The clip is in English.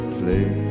play